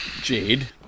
Jade